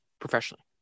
professionally